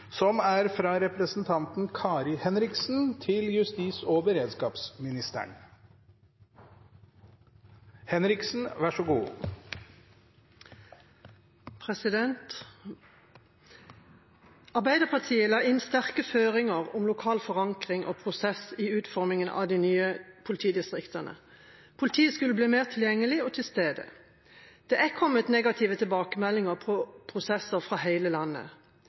som til syvende og sist må ta stilling til klagesaksbehandlingen. «Arbeiderpartiet la inn sterke føringer om lokal forankring og prosess i utformingen av de nye politidistriktene. Politiet skulle bli mer tilgjengelig og til stede. Det er kommet negative tilbakemeldinger på prosesser fra hele landet.